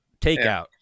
Takeout